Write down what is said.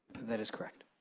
that is correct.